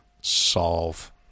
solve